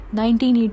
1980